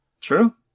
True